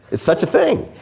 it's such a thing.